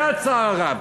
זה הצער הרב.